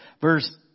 Verse